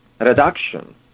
reduction